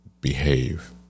behave